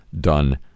done